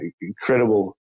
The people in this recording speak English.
incredible